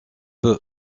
peu